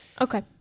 Okay